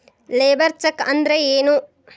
Labour check ಅಂದ್ರ ಏನು?